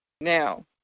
Now